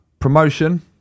Promotion